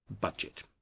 budget